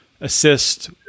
assist